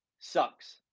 sucks